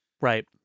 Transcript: Right